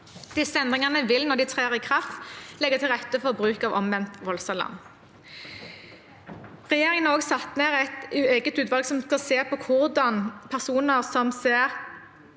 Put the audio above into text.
Disse endringene vil, når de trer i kraft, legge til rette for bruk av omvendt voldsalarm. Regjeringen satte i februar 2023 også ned et eget utvalg som skal se på hvordan personer som er